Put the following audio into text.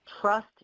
trust